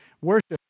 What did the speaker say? worship